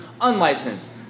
unlicensed